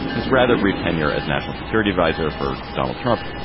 his rather brief tenure as national security adviser for donald trump.